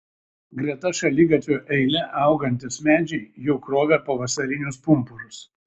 greta šaligatvio eile augantys medžiai jau krovė pavasarinius pumpurus